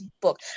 book